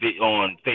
on